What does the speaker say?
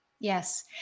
Yes